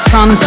Sun